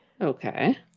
Okay